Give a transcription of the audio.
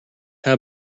how